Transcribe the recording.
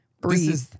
breathe